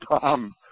Tom